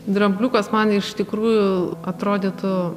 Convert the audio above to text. drambliukas man iš tikrųjų atrodytų